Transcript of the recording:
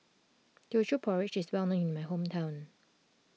Teochew Porridge is well known in my hometown